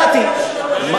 הדוח.